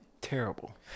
terrible